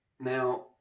now